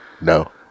No